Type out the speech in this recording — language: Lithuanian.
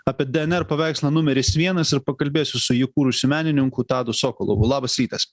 apie dnr paveikslą numeris vienas ir pakalbėsiu su jį kūrusiu menininku tadu sokolovu labas rytas